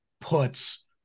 puts